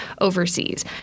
Overseas